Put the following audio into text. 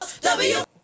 W-